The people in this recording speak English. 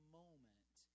moment